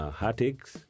heartaches